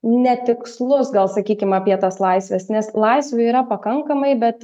netikslus gal sakykim apie tas laisves nes laisvė yra pakankamai bet